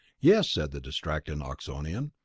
yes, said the distracted oxonian.